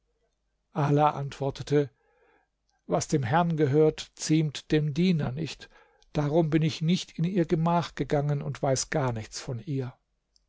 ala antwortete was dem herrn gehört ziemt dem diener nicht darum bin ich nicht in ihr gemach gegangen und weiß gar nichts von ihr